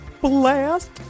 Blast